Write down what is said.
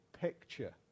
picture